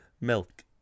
milk